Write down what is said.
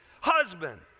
Husband